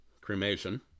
cremation